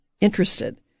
interested